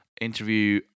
interview